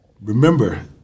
remember